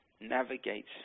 navigates